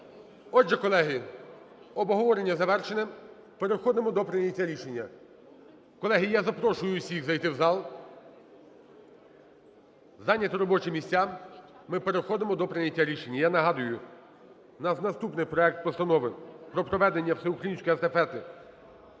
Отже, колеги, обговорення завершено. Переходимо до прийняття рішення. Колеги, я запрошую всіх зайти в зал, зайняти робочі місця. Ми переходимо до прийняття рішення. Я нагадую, у нас наступний проект Постанови про проведення Всеукраїнської Естафети